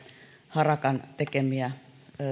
harakan tekemiä